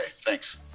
Thanks